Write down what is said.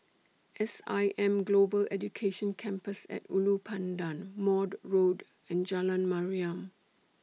S I M Global Education Campus At Ulu Pandan Maude Road and Jalan Mariam